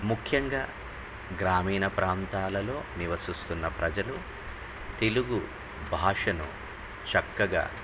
ముఖ్యంగా గ్రామీణ ప్రాంతాలలో నివసిస్తున్న ప్రజలు తెలుగు భాషను చక్కగా